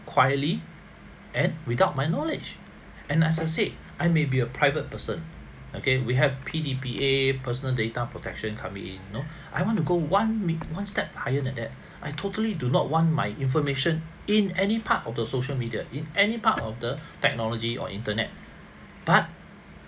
quietly and without my knowledge and as I said I may be a private person okay we have P_D_P_A personal data protection coming in you know I want to go one mea~ one step higher than that I totally do not want my information in any part of the social media in any part of the technology or internet but